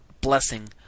blessing